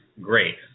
great